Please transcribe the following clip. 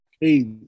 Hey